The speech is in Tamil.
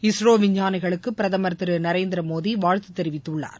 இஸ்ரோ விஞ்ஞானிகளுக்கு பிரதமர் திரு நரேந்திரமோடி வாழ்த்து தெரிவித்துள்ளார்